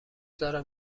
دارم